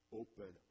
open